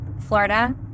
Florida